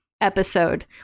episode